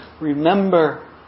remember